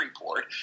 report